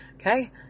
Okay